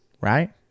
right